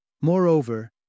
Moreover